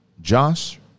Josh